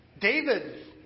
David